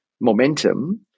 momentum